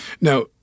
Now